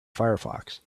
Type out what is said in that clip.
firefox